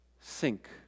sink